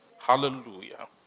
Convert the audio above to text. Hallelujah